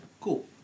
Cool